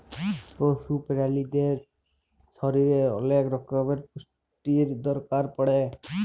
পশু প্রালিদের শরীরের ওলেক রক্যমের পুষ্টির দরকার পড়ে